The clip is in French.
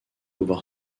voir